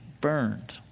burned